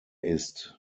ist